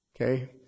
Okay